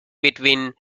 between